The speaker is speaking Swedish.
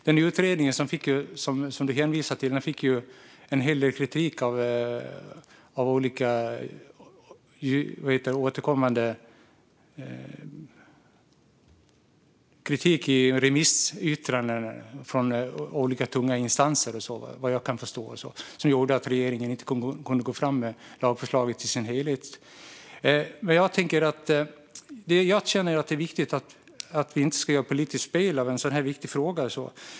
Den utredning som hänvisas till här fick kritik i remissyttranden från tunga instanser. Det gjorde att regeringen inte kunde gå fram med lagförslaget i dess helhet. Jag känner att det är viktigt att vi inte gör politiskt spel av en sådan här viktig fråga.